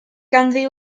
ganddi